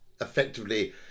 effectively